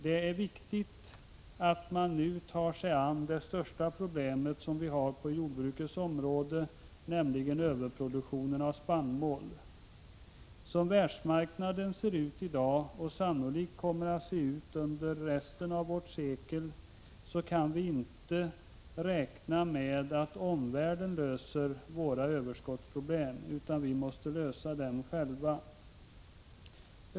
Det är viktigt att vi nu tar oss an det största problem som finns på jordbrukets område, nämligen överproduktionen av spannmål. Som världsmarknaden ser ut i dag — och sannolikt kommer att se ut under resten av vårt sekel — kan vi inte räkna med att omvärlden löser våra överskottsproblem. Dem får vi lösa själva.